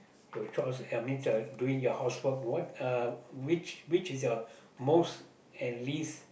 your chores uh means doing your housework what uh which which is your most and least